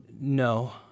No